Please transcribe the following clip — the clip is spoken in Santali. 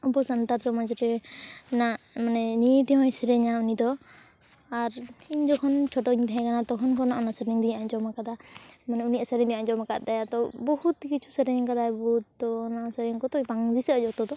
ᱟᱵᱚ ᱥᱟᱱᱛᱟᱲ ᱥᱚᱢᱟᱡᱽ ᱨᱮ ᱱᱟᱜ ᱢᱟᱱᱮ ᱱᱤᱭᱟᱹᱴᱤᱜ ᱦᱚᱸᱭ ᱥᱮᱨᱮᱧᱟ ᱩᱱᱤ ᱫᱚ ᱟᱨ ᱤᱧ ᱡᱚᱠᱷᱚᱱ ᱪᱷᱳᱴᱳᱧ ᱛᱟᱦᱮᱸ ᱠᱟᱱᱟ ᱛᱚᱠᱷᱚᱱ ᱠᱷᱚᱱᱟᱜ ᱚᱱᱟ ᱥᱮᱨᱮᱧᱫᱚᱧ ᱟᱸᱡᱚᱢ ᱠᱟᱫᱟ ᱢᱟᱱᱮ ᱩᱱᱤᱭᱟᱜ ᱥᱮᱨᱮᱧ ᱟᱸᱡᱚᱢ ᱠᱟᱫ ᱛᱟᱭᱟ ᱛᱚ ᱵᱚᱦᱩᱛ ᱠᱤᱪᱷᱩ ᱥᱮᱨᱮᱧ ᱠᱟᱫᱟᱭ ᱵᱚᱦᱩᱛ ᱛᱚ ᱚᱱᱟ ᱥᱮᱨᱮᱧ ᱠᱚᱫᱚ ᱵᱟᱝ ᱫᱤᱥᱟᱹᱜᱼᱟ ᱡᱚᱛᱚ ᱫᱚ